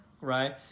right